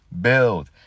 build